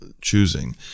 choosing